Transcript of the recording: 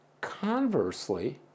Conversely